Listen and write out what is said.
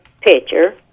picture